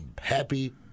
happy